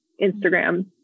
Instagram